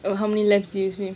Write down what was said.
oh how many laps did you swim